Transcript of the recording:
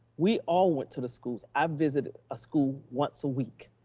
we all went to the schools. i visited a school once a week.